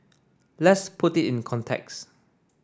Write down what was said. let's put it in context